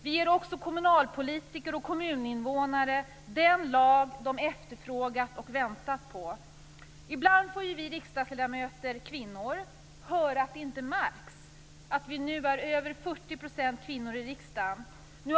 Vi ger också kommunalpolitikerna och kommuninnevånarna den lag som de efterfrågat och väntat på. Ibland får vi kvinnliga riksdagsledamöter höra att det inte har märkts att vi är över 40 % kvinnor i riksdagen.